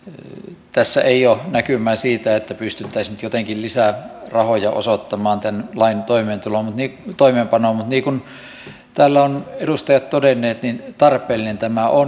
eli tässä ei ole näkymää siitä että pystyttäisiin nyt jotenkin lisää rahoja osoittamaan tämän lain toimeenpanoon mutta niin kuin täällä ovat edustajat todenneet tarpeellinen tämä on